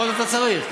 מה אתה עוד צריך?